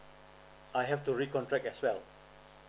I have to recontract as well